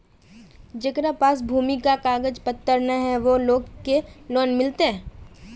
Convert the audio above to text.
जेकरा पास भूमि का कागज पत्र न है वो लोग के लोन मिलते?